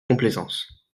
complaisance